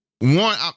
one